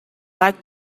like